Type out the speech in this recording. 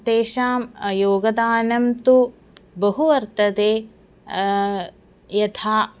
तेषां योगदानं तु बहु वर्तते यथा